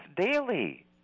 daily